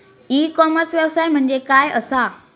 E commerce व्यवसाय म्हणजे काय असा?